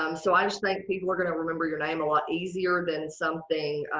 um so i just think people are gonna remember your name a lot easier than something,